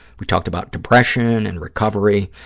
we talked about depression and recovery.